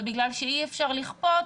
ובגלל שאי-אפשר לכפות,